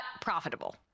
profitable